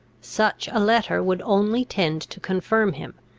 such a letter would only tend to confirm him,